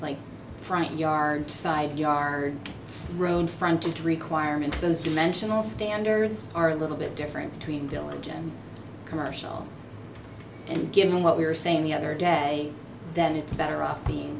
like front yard side yard grown from tree to requirements those dimensional standards are a little bit different between village and commercial and given what we are saying the other day that it's better off being